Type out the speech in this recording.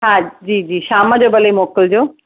हा जी जी शाम जो भले मोकिलजो